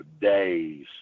days